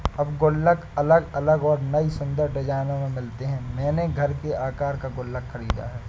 अब गुल्लक अलग अलग और नयी सुन्दर डिज़ाइनों में मिलते हैं मैंने घर के आकर का गुल्लक खरीदा है